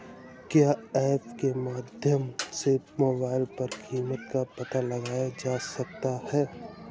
क्या ऐप के माध्यम से मोबाइल पर कीमत का पता लगाया जा सकता है?